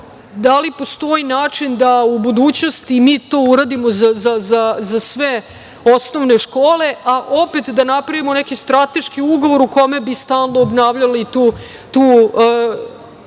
da li postoji način da u budućnosti mi to uradimo za sve osnovne škole, a opet da napravimo neki strateški ugovor u kome bi stalno obnavljali tu